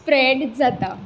जाता